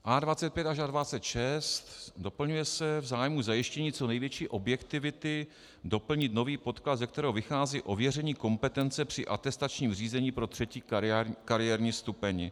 A25 až A26, doplňuje se: V zájmu zajištění co největší objektivity doplnit nový podklad, ze kterého vychází ověření kompetence při atestačním řízení pro třetí kariérní stupeň.